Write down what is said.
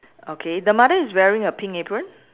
okay the mother is wearing a pink apron